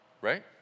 right